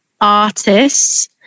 artists